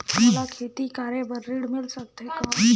मोला खेती करे बार ऋण मिल सकथे कौन?